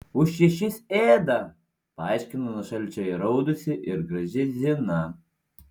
už šešis ėda paaiškino nuo šalčio įraudusi ir graži zina